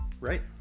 Right